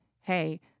hey